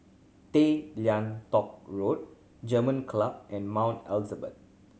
Tay Lian Teck Road German Club and Mount Elizabeth